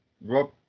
Rob